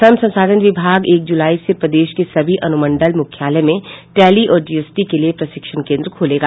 श्रम संसाधन विभाग एक जुलाई से प्रदेश के सभी अनुमंडल मुख्यालय में टैली और जीएसटी के लिए प्रशिक्षण केन्द्र खोलेगा